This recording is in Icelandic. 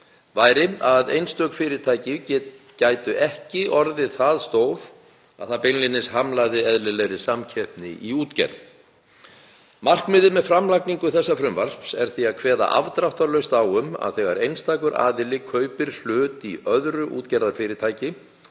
væri að einstök fyrirtæki gætu ekki orðið það stór að það beinlínis hamlaði eðlilegri samkeppni í útgerð. Markmiðið með framlagningu þessa frumvarps er því að kveða afdráttarlaust á um að þegar einstakur aðili kaupir hlut í öðru útgerðarfyrirtæki